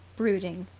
brooding.